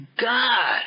God